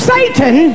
Satan